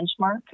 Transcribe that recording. benchmark